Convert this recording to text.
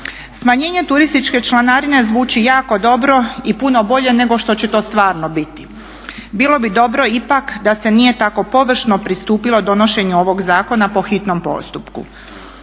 Smanjenje turističke članarine zvuči jako dobro i puno bolje nego što će to stvarno biti. Bilo bi dobro ipak da se nije tako površno pristupilo donošenju ovog zakona po hitnom postupku.